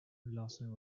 lawson